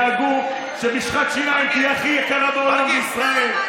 דאגו שמשחת שיניים הכי יקרה בעולם תהיה בישראל.